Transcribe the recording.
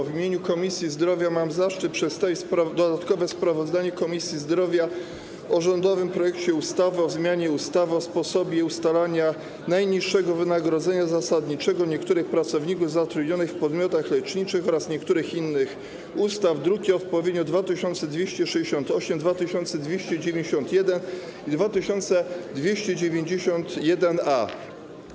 W imieniu Komisji Zdrowia mam zaszczyt przedstawić dodatkowe sprawozdanie Komisji Zdrowia o rządowym projekcie ustawy o zmianie ustawy o sposobie ustalania najniższego wynagrodzenia zasadniczego niektórych pracowników zatrudnionych w podmiotach leczniczych oraz niektórych innych ustaw, druki nr 2268, 2291 i 2291-A.